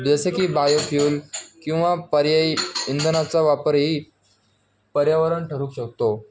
जसे की bio fuel किंवा पर्यायी इंधनाचा वापरही पर्यावरण ठरू शकतो